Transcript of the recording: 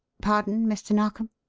pardon, mr. narkom?